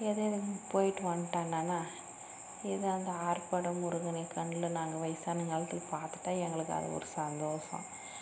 எது எதுக்கு போய்ட்டு வந்டேனனா இது அங்கே ஆறுபடை முருகனைக் கண்ணில் நாங்கள் வயதான காலத்தில் பார்த்துட்டா எங்களுக்கு அது ஒரு சந்தோஷம்